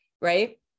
right